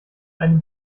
einem